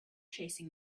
chasing